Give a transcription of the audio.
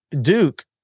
Duke